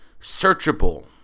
searchable